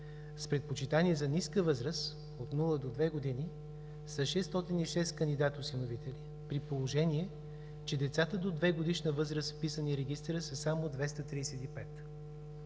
С предпочитания за ниска възраст – от 0 до 2 години са 606 кандидат-осиновители при положение, че децата до 2-годишна възраст, вписани в регистъра, са само 235.